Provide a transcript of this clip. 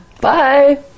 Bye